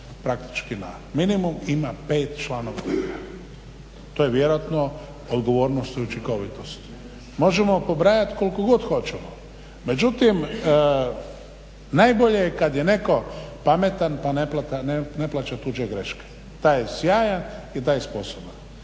praktički na minimum ima 5 članova odbora. To je vjerojatno odgovornost i učinkovitost. Možemo pobrajati koliko god hoćemo. Međutim najbolje je kad je netko pametan pa ne plaća tuđe greške, taj je sjajan i taj je sposoban.